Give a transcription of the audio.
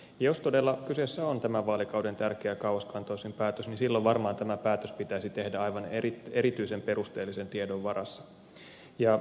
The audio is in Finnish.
ja jos todella kyseessä on tämän vaalikauden tärkein kauaskantoisin päätös niin silloin varmaan tämä päätös pitäisi aivan erityisen perusteellisen tiedon varassa